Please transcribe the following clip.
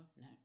no